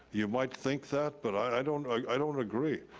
you might think that, but i don't i don't agree.